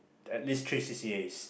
at least three C_C_As